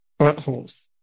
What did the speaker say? buttholes